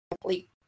complete